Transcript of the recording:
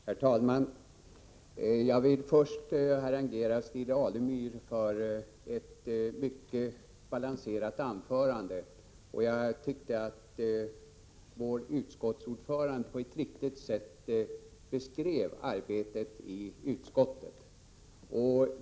Herr talman! Först vill jag harangera Stig Alemyr för hans mycket balanserade anförande. Jag tyckte att vår utskottsordförande på ett riktigt sätt beskrev arbetet i utskottet.